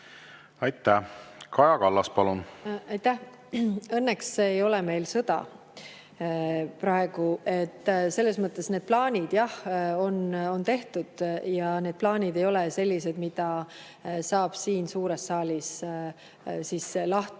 Aitäh! Kaja Kallas, palun! Aitäh! Õnneks ei ole meil sõda praegu. Need plaanid, jah, on tehtud, ent need plaanid ei ole sellised, mida saab siin suures saalis lahti